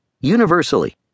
Universally